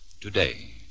Today